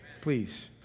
please